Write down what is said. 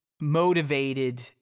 motivated